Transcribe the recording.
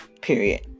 Period